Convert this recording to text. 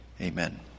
Amen